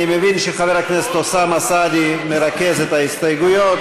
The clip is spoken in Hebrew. אני מבין שחבר הכנסת אוסאמה סעדי מרכז את ההסתייגויות,